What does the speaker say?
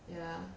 ya